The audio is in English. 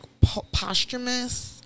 posthumous